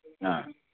ह